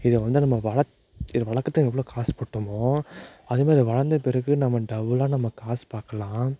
இத வந்து நம்ம இதை வளக்கிறதுக்கு எவ்வளோ காசு போட்டோமோ அதுவும் இது வளர்ந்த பிறகு நம்ம டபுளாக நம்ம காசு பார்க்கலாம்